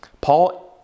Paul